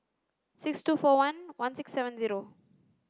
six two four one one six seven zero